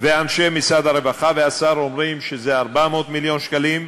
ואנשי משרד הרווחה והשר אומרים שזה 400 מיליון שקלים.